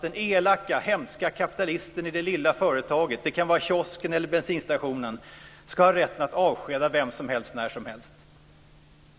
Den elaka hemska kapitalisten i det lilla företaget - det kan vara kiosken eller bensinstationen - ska ha rätt att avskeda vem som helst när som helst.